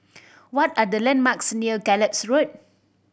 what are the landmarks near Gallop Road